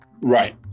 right